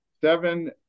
seven